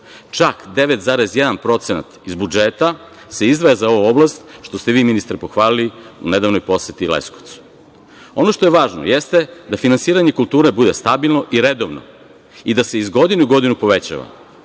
Čak, 9,1% iz budžeta se izdvaja za ovu oblast, što ste vi, ministre, pohvalili u nedavnoj poseti Leskovcu. Ono što je važno jeste da finansiranje kulture bude stabilno i redovno i da se iz godine u godinu povećava.